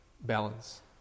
Balance